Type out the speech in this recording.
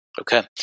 okay